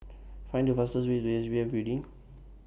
Find The fastest Way to S P F Building